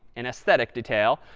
an aesthetic detail.